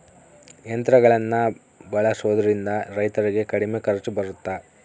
ಯಂತ್ರಗಳನ್ನ ಬಳಸೊದ್ರಿಂದ ರೈತರಿಗೆ ಕಡಿಮೆ ಖರ್ಚು ಬರುತ್ತಾ?